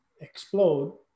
explode